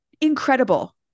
incredible